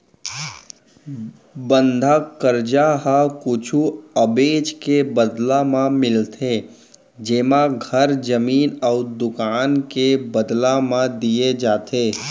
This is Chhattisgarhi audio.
बंधक करजा ह कुछु अबेज के बदला म मिलथे जेमा घर, जमीन अउ दुकान के बदला म दिये जाथे